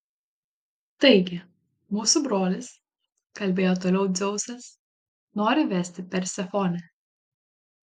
taigi mūsų brolis kalbėjo toliau dzeusas nori vesti persefonę